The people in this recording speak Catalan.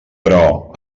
però